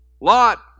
Lot